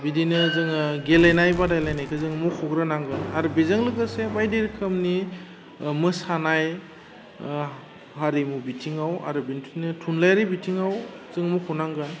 बिदिनो जोङो गेलेनाय बादायलायनायखौ जों मख'ग्रोनांगोन आरो बेजों लोगोसे बायदि रोखोमनि मोसानाय हारिमु बिथिङाव आरो बिनथिनो थुनलाइयारि बिथिङाव जों मख'नांगोन